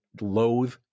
loathe